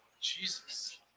Jesus